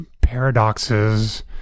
paradoxes